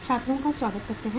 छात्रों का स्वागत करते हैं